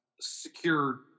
secure